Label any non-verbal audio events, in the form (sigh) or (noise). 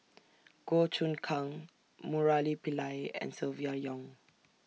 (noise) Goh Choon Kang Murali Pillai and Silvia Yong